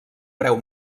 preu